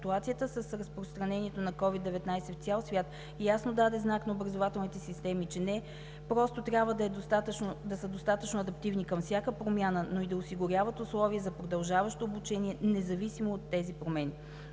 Ситуацията с разпространението на COVID-19 в цял свят ясно даде знак на образователните системи, че не просто трябва да са достатъчно адаптивни към всяка промяна, но да осигуряват и условия за продължаващо обучение независимо от тези промени.